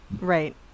Right